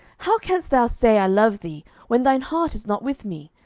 how canst thou say, i love thee, when thine heart is not with me?